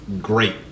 great